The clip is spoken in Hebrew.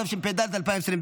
התשפ"ד 2024,